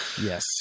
Yes